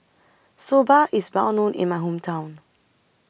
Soba IS Well known in My Hometown